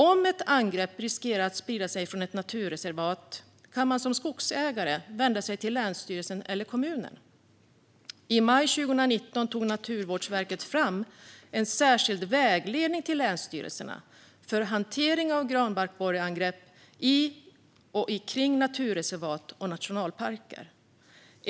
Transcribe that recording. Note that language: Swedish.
Om ett angrepp riskerar att sprida sig från ett naturreservat kan man som skogsägare vända sig till länsstyrelsen eller kommunen. I maj 2019 tog Naturvårdsverket fram en särskild vägledning för länsstyrelserna för hantering av granbarkborreangrepp i och kring naturreservat och nationalparker.